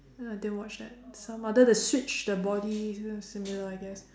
uh I didn't watch that some other they switch the body similar I guess